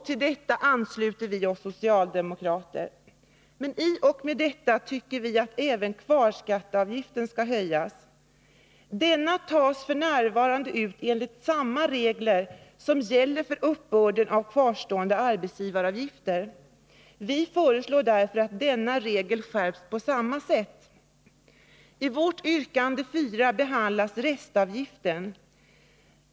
Till detta förslag ansluter vi socialdemokrater oss. Men i och med detta anser vi att även kvarskatteavgiften skall höjas. Denna tas f. n. ut enligt samma regler som gäller för uppbörden av kvarstående arbetsgivaravgifter. Vi föreslår därför att denna regel skärps på samma sätt. I vårt yrkande 4 behandlas restavgiften.